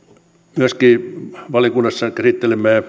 myöskin valiokunnassa käsittelemme